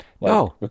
No